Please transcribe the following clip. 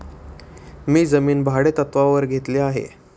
मी जमीन भाडेतत्त्वावर घेतली आहे